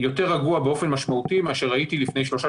יותר רגוע באופן משמעותי מאשר הייתי לפני שלושה